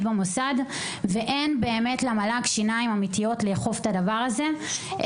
במוסד ואין למל"ג באמת שיניים אמיתיות לאכוף את הדבר הזה.